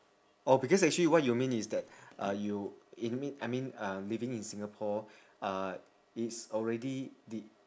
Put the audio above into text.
oh because actually what you mean is that uh you it mean I mean uh living in singapore uh is already the